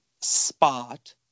spot